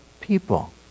people